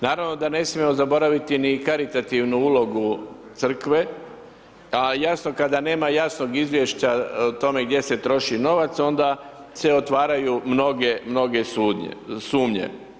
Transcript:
Naravno da ne smijemo zaboraviti ni karitativnu ulogu crkve, a jasno kada nema jasnog izvješća o tome gdje se troši novac, onda se otvaraju mnoge sumnje.